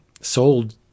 sold